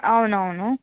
అవును అవును